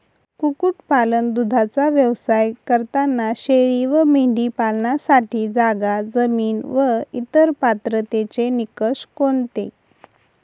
कुक्कुटपालन, दूधाचा व्यवसाय करताना शेळी व मेंढी पालनासाठी जागा, जमीन व इतर पात्रतेचे निकष कोणते?